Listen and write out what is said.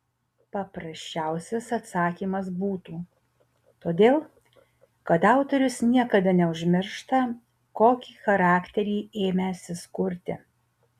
paprasčiausias atsakymas būtų todėl kad autorius niekada neužmiršta kokį charakterį ėmęsis kurti